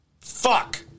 Fuck